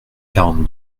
quarante